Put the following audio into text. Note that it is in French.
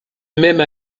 même